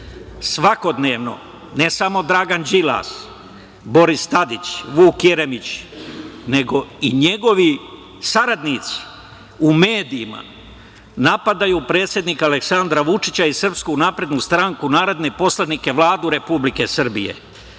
svakodnevno, ne samo Dragan Đilas, Boris Tadić, Vuk Jeremić, nego i njegovi saradnici u medijima napadaju predsednika Aleksandra Vučića i SNS, narodne poslanike, Vladu Republike Srbije. Samo